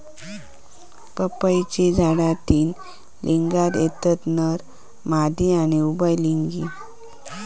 पपईची झाडा तीन लिंगात येतत नर, मादी आणि उभयलिंगी